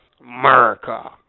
America